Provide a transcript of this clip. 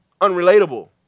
unrelatable